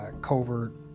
covert